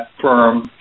firm